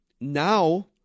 Now